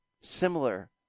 similar